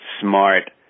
smart